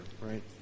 right